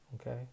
Okay